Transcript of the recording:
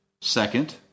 second